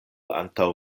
antaŭ